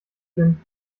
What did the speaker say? bin